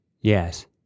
Yes